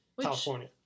california